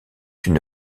une